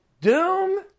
doom